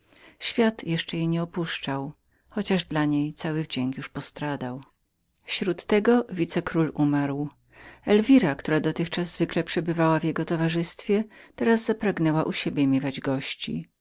świat jeszcze jej nie opuszczał chociaż dla niej cały wdzięk już postradał śród tego wice król umarł moja żona zwykle przyjmowała w jego domu teraz zapragnęła u siebie miewać gości